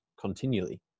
continually